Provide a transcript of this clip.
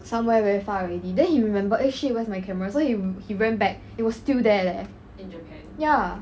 somewhere very far already then he remember eh shit where's my camera so he went back it was still there leh ya